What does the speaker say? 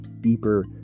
deeper